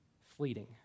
fleeting